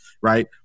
Right